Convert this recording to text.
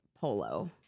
polo